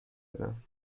زدم